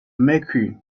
mercury